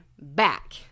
Back